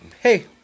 Hey